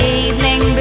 evening